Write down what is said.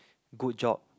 good job